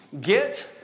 Get